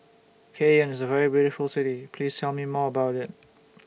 Cayenne IS A very beautiful City Please Tell Me More about IT